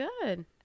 good